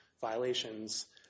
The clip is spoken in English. violations –